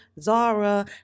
Zara